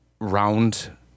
round